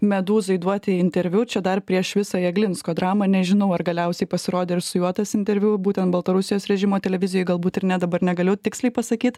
medūzoj duoti interviu čia dar prieš visą jeglinsko dramą nežinau ar galiausiai pasirodė ir su juo tas interviu būtent baltarusijos režimo televizijoj galbūt ir ne dabar negaliu tiksliai pasakyt